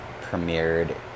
premiered